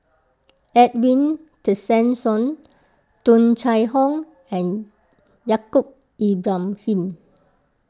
Edwin Tessensohn Tung Chye Hong and Yaacob Ibrahim